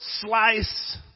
slice